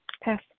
Pass